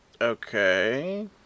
Okay